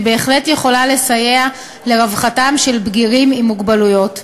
והיא בהחלט יכולה לסייע לרווחתם של בגירים עם מוגבלויות.